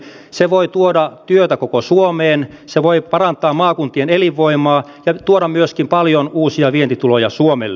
se voi tuoda työtä koko suomeen se voi parantaa maakuntien elinvoimaa ja tuoda myöskin paljon uusia vientituloja suomelle